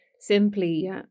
simply